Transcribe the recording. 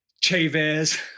Chavez